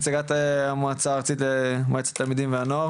נציגת מועצת התלמידים והנוער,